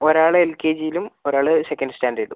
ഒരാൾ L K ജിയിലും ഒരാൾ സെക്കൻഡ് സ്റ്റാൻഡേർഡും